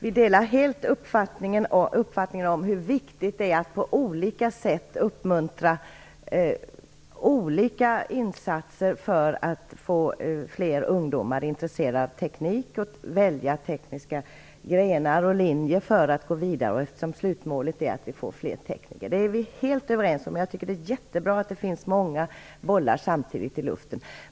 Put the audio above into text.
Herr talman! Jag delar helt uppfattningen om hur viktigt det är att på olika sätt uppmuntra olika insatser för att få fler ungdomar intresserade av teknik så att de väljer tekniska grenar och linjer. Slutmålet är att vi skall få fler tekniker. Det är vi helt överens om. Jag tycker att det är jättebra att det finns många bollar samtidigt i luften.